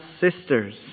sisters